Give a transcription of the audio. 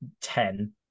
ten